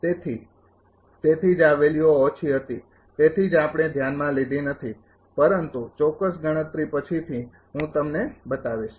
તેથી તેથી જ આ વેલ્યુઓ ઓછી હતી તેથી જ આપણે ધ્યાનમાં લીધી નથી પરંતુ ચોક્કસ ગણતરી પછીથી હું તમને બતાવીશ